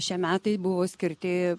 šie metai buvo skirti